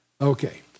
Okay